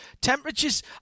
Temperatures